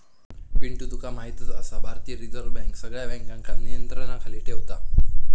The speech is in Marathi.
पिंटू तुका म्हायतच आसा, भारतीय रिझर्व बँक सगळ्या बँकांका नियंत्रणाखाली ठेवता